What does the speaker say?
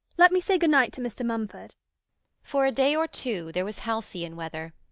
let me say good-night to mr. mumford for a day or two there was halcyon weather.